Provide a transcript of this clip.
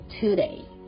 today